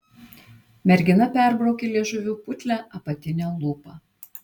mergina perbraukė liežuviu putlią apatinę lūpą